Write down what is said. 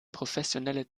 professionelle